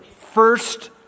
first